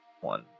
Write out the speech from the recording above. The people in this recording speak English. one